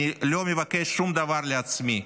אני לא מבקש שום דבר לעצמי,